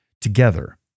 together